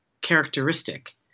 characteristic